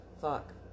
Fuck